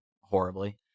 horribly